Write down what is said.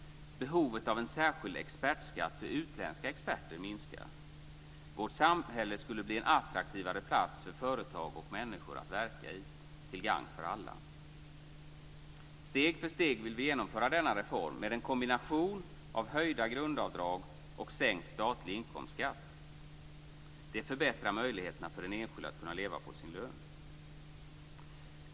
Behovet av en särskild expertskatt för utländska experter minskar. Vårt samhälle skulle bli en attraktivare plats för företag och människor att verka i, till gagn för alla. Steg för steg vill vi genomföra denna reform, med en kombination av höjda grundavdrag och sänkt statlig inkomstskatt. Det förbättrar möjligheterna för den enskilde att kunna leva på sin lön.